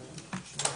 (היו"ר עלי סלאלחה)